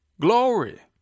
glory